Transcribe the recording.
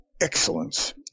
excellence